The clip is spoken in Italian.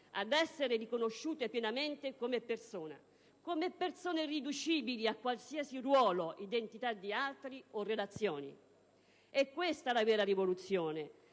ad essere riconosciute pienamente come persone: come persone irriducibili a qualsiasi ruolo, identità di altri o relazioni. È questa la vera rivoluzione